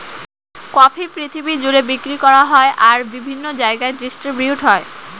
coffee পৃথিবী জুড়ে বিক্রি করা হয় আর বিভিন্ন জায়গায় ডিস্ট্রিবিউট হয়